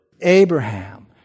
Abraham